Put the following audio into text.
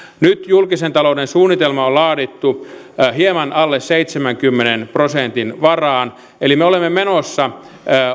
nyt julkisen talouden suunnitelma on laadittu hieman alle seitsemänkymmenen prosentin varaan eli me olemme menossa